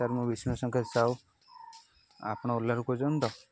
sir ମୁଁ ବିଷ୍ଣୁଶଙ୍କର ସାହୁ ଆପଣ ଓଲାରୁ କହୁଛନ୍ତି ତ